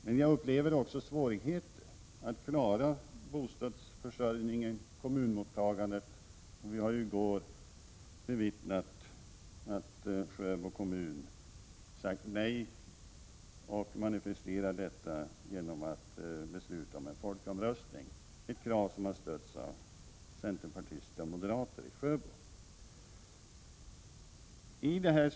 Men jag upplever svårigheter att klara bostadsförsörjningen och kommunmottagandet. Vi har ju bevittnat att man i Sjöbo kommun sagt nej och manifesterat detta genom att besluta om en folkomröstning, ett krav som har stötts av centerpartister och moderater i Sjöbo.